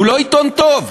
הוא לא עיתון טוב,